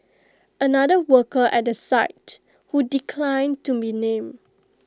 another worker at the site who declined to be named